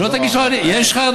יש לך,